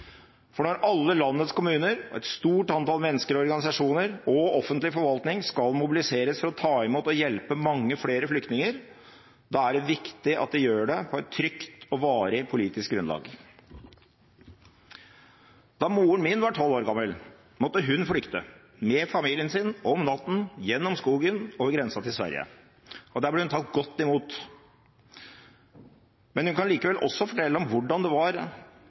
For når alle landets kommuner, et stort antall mennesker og organisasjoner og offentlig forvaltning skal mobiliseres for å ta imot og hjelpe mange flere flyktninger, er det viktig at vi gjør det på et trygt og varig politisk grunnlag. Da moren min var 12 år gammel, måtte hun flykte – med familien sin, om natten, gjennom skogen over grensen til Sverige. Der ble hun tatt godt imot. Men hun kan likevel også fortelle om hvordan det var